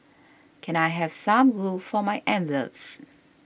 can I have some glue for my envelopes